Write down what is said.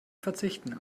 verzichten